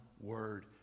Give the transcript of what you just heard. word